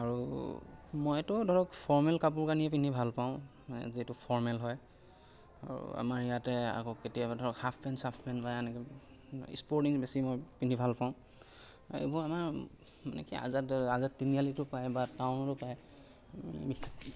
আৰু মইতো ধৰক ফৰ্মেল কাপোৰ কানি পিন্ধি ভাল পাওঁ যিটো ফৰ্মেল হয় আৰু আমাৰ ইয়াতে আকৌ কেতিয়াবা ধৰক হাফপেণ্ট চাফপেণ্ট বা স্পৰ্টিং বেছি মই পিন্ধি ভাল পাওঁ আৰু এইবোৰ আমাৰ মানে কি আজাদ আজাদ তিনিআলিতো পায় বা টাউনতো পায়